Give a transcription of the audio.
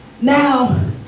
Now